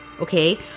Okay